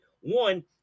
One